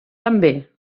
també